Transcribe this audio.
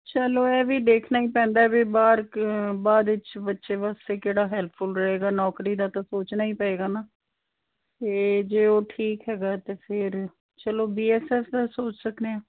ਚੱਲੋ ਇਹ ਵੀ ਦੇਖਣਾ ਹੀ ਪੈਂਦਾ ਵੀ ਬਾਹਰ ਬਾਅਦ ਵਿੱਚ ਬੱਚੇ ਵਾਸਤੇ ਕਿਹੜਾ ਹੈਲਪਫੁਲ ਰਹੇਗਾ ਨੌਕਰੀ ਦਾ ਤਾਂ ਸੋਚਣਾ ਹੀ ਪਵੇਗਾ ਨਾ ਅਤੇ ਜੇ ਉਹ ਠੀਕ ਹੈਗਾ ਤਾਂ ਫਿਰ ਚੱਲੋ ਬੀ ਐਸ ਐਫ ਸੋਚ ਸਕਦੇ ਹਾਂ